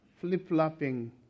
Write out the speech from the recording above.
flip-flopping